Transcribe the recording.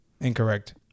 Incorrect